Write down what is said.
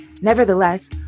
Nevertheless